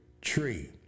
tree